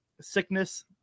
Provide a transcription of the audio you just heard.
sickness